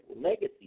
legacy